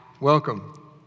welcome